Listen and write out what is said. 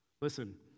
Listen